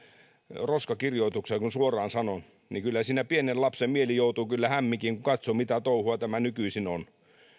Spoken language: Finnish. roskakirjoituksia kun suoraan sanon niin siinä pienen lapsen mieli joutuu kyllä hämminkiin kun katsoo mitä touhua tämä nykyisin on